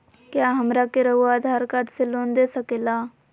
क्या हमरा के रहुआ आधार कार्ड से लोन दे सकेला?